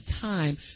time